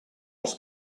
els